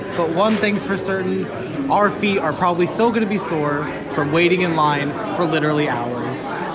but one thing's for certain our feet are probably still going to be sore from waiting in line for literally hours